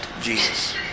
Jesus